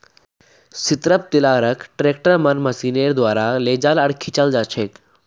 strip टीलारक ट्रैक्टरेर मन मशीनेर द्वारा लेजाल आर खींचाल जाछेक